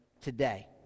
today